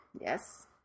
Yes